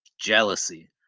Jealousy